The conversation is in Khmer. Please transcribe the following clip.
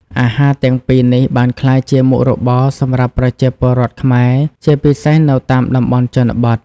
អាហារទាំងពីរនេះបានក្លាយជា មុខរបរ សម្រាប់ប្រជាពលរដ្ឋខ្មែរ ជាពិសេសនៅតាមតំបន់ជនបទ។